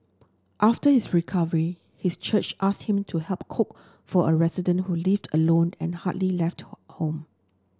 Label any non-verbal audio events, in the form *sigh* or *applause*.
after his recovery his church asked him to help cook for a resident who lived alone and hardly left *unintelligible* home